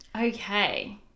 Okay